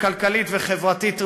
כלכלית וחברתית ראויה.